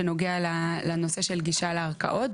שנוגע לנושא של גישה לערכאות,